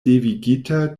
devigita